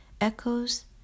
echoes